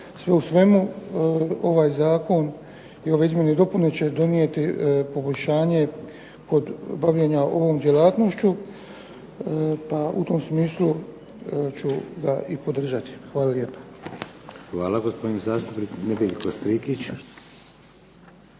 Sve u svemu ovaj zakon i ove izmjene i dopune će donijeti poboljšanje kod bavljenja ovom djelatnošću, pa ću ga u tom smislu i podržati. Hvala lijepa. **Šeks, Vladimir (HDZ)** Hvala. Gospodin zastupnik Nedjeljko Strikić.